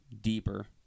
deeper